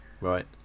Right